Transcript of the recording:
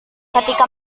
ketika